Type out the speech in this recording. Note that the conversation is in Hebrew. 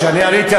כשאני עליתי,